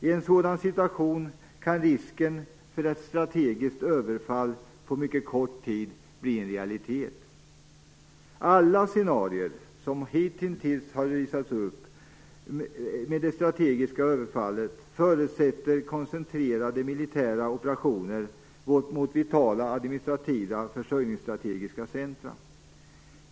I en sådan situation kan risken för ett strategiskt överfall på mycket kort tid bli en realitet. Alla scenarier som hitintills visats upp med det strategiska överfallet förutsätter koncentrerade militära operationer mot vitala administrativa och försörjningsstrategiska centrum.